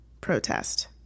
protest